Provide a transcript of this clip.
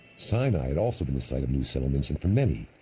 sinai had also been the site of new settlements, and for many,